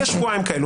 יש שבועיים כאלה.